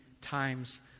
times